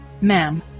Ma'am